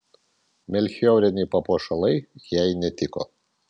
melchioriniai papuošalai jai netiko